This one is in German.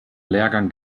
lehrgang